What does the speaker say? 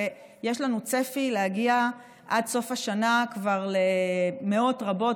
ויש לנו צפי להגיע עד סוף השנה כבר למאות רבות,